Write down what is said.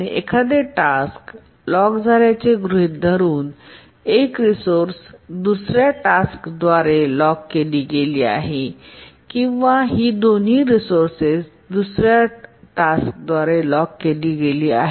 आणि एखादे task lock झाल्याचे गृहीत धरुन एक रिसोर्सेस दुसर्या टास्क द्वारे लॉक केली गेली आहे किंवा ही दोन्ही रिसोर्सेस दुसर्या टास्क द्वारे लॉक केली आहेत